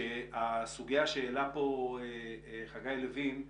והסוגיה, שהעלה פה חגי לוין,